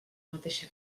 mateixa